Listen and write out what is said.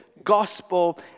gospel